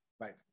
Right